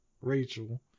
Rachel